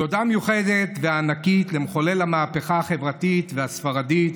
תודה מיוחדת וענקית למחולל המהפכה החברתית והספרדית,